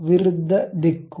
ವಿರುದ್ಧ ದಿಕ್ಕು